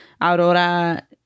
Aurora